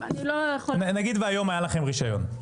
אני לא יכולה להגיד, נניח היום היה לכם רישיון.